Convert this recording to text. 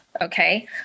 okay